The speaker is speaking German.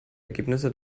ergebnisse